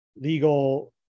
legal